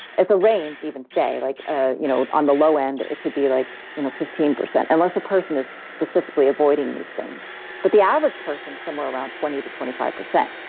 as a range even stay like ah you know on the low end, it could be like you know fifteen percent unless a person is specifically avoiding these things but the average person somewhere around to twenty to twenty five percent.